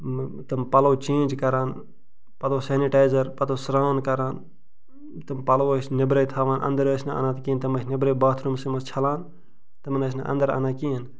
تِم پلو چینج کران پتہٕ اوس سینٹایزر پتہٕ اوس سرٛان کران تِم پلو ٲسۍ نیٚبرٕے تھاوان اندر ٲسۍ نہٕ انان کیٚنہہ تم ٲس نیٚبرٕے باتھرومسٕے منٛز چھلان تمن ٲسۍ نہٕ اندر انان کِہیٖنۍ